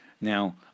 now